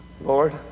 Lord